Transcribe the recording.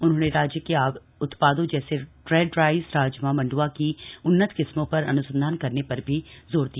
उन्होंने राज्य के उत्पादों जैसे रेड राईस राजमा मंड्वा की उन्नत किस्मों पर अन्संधान करने पर भी जोर दिया